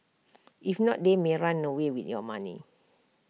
if not they may run away with your money